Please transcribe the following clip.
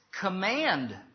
command